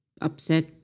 upset